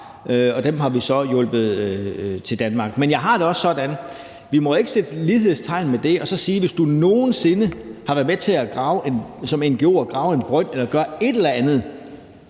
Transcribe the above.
Dem har vi så hjulpet til Danmark. Men jeg har det også sådan, at vi ikke må sætte lighedstegn mellem det og så det, at hvis du nogen sinde som ngo'er har været med til at grave en brød eller gøre et eller andet